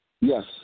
Yes